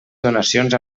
donacions